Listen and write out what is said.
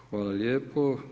Hvala lijepo.